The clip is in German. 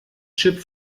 chip